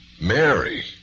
Mary